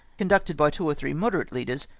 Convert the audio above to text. conducted by two or three moderate leaders,